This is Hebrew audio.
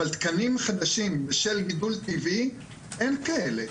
אבל תקנים חדשים של גידול טבעי, אין כאלה.